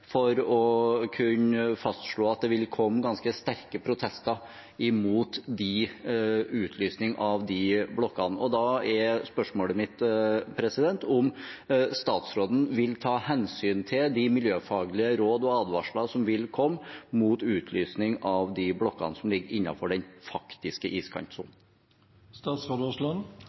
for å kunne fastslå at det vil komme ganske sterke protester mot utlysning av de blokkene. Da er spørsmålet mitt om statsråden vil ta hensyn til de miljøfaglige råd og advarsler som vil komme mot utlysning av de blokkene som ligger innenfor den faktiske